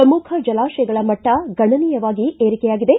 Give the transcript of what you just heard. ಪ್ರಮುಖ ಜಲಾಶಯಗಳ ಮಟ್ಟ ಗಣನೀಯವಾಗಿ ಏರಿಕೆಯಾಗಿದೆ